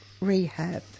rehab